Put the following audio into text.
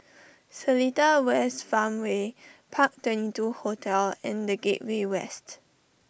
Seletar West Farmway Park Twenty two Hotel and the Gateway West